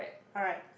alright